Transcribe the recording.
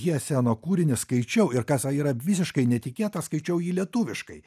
hieseno kūrinį skaičiau ir kas yra visiškai netikėta skaičiau jį lietuviškai